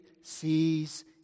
sees